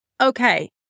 Okay